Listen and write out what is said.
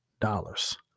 dollars